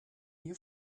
you